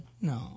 No